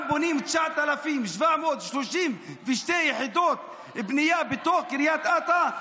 גם בונים 9,732 יחידות דיור בתוך קריית אתא,